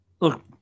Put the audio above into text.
look